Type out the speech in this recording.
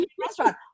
restaurant